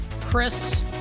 Chris